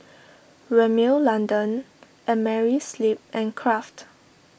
Rimmel London Amerisleep and Kraft